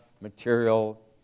material